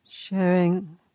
Sharing